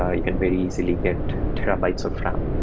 ah you can very easily get terabytes of ram.